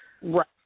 Right